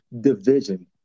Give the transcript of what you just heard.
division